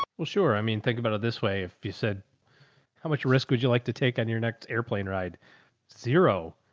um well, sure. i mean, think about it this way. if you said how much risk would you like to take on your next airplane? ride zero,